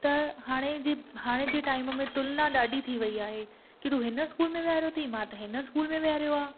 त हाणे जे त हाणे जे टाइम में तुलना ॾाढी थी वई आहे की तूं हिन स्कूल में वेहारो थी मां त हिन स्कूल में वेहारो आहे